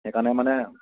সেইকাৰণে মানে